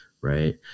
right